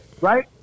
Right